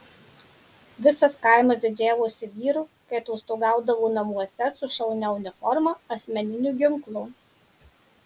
visas kaimas didžiavosi vyru kai atostogaudavo namuose su šaunia uniforma asmeniniu ginklu